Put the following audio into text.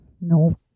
no